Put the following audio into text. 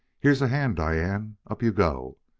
here's a hand, diane up you go!